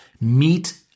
meet